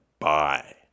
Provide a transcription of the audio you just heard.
Bye